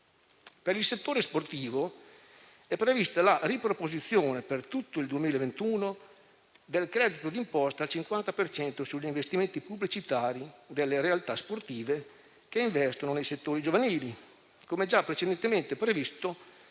Per il settore sportivo è prevista la riproposizione per tutto il 2021 del credito d'imposta al 50 per cento sugli investimenti pubblicitari delle realtà sportive che investono nei settori giovanili, così come già precedentemente previsto